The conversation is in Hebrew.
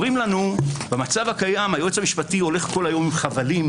אומרים לנו: במצב הקיים היועץ המשפטי הולך כל היום עם חבלים,